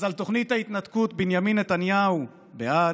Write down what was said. אז על תוכנית ההתנתקות: בנימין נתניהו, בעד,